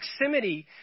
proximity